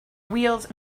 wheels